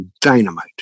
dynamite